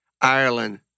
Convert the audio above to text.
Ireland